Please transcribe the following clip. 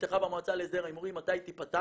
שנפתחה במועצה להסדר ההימורים, מתי היא תיפתח.